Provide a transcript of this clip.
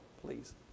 please